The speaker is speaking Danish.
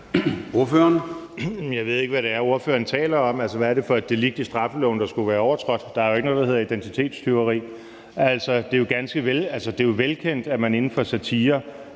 Jeg ved ikke, hvad det er, ordføreren taler om. Hvad er det for et delikt i straffeloven, der skulle være overtrådt? Der er jo ikke noget, der hedder identitetstyveri. Det er jo velkendt, at man inden for satire